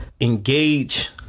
engage